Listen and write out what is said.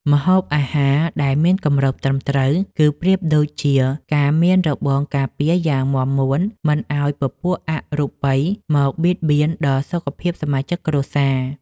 ម្ហូបអាហារដែលមានគម្របត្រឹមត្រូវ គឺប្រៀបដូចជាការមានរបងការពារយ៉ាងមាំមួនមិនឱ្យពពួកអរូបិយមកបៀតបៀនដល់សុខភាពសមាជិកគ្រួសារ។